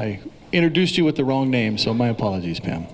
i introduced you with the wrong name so my apologies pam